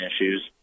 issues